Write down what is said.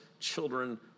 children